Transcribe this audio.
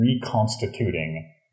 reconstituting